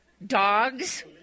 Dogs